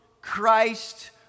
Christ